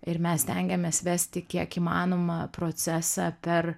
ir mes stengiamės vesti kiek įmanoma procesą per